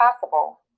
possible